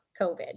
COVID